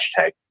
hashtag